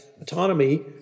Autonomy